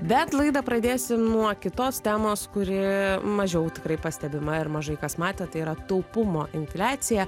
bet laidą pradėsim nuo kitos temos kuri mažiau tikrai pastebima ir mažai kas matė tai yra taupumo infliacija